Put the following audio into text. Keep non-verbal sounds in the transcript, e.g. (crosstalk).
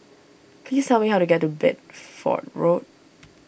please tell me how to get to Bedford Road (noise)